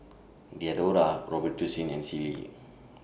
Diadora Robitussin and Sealy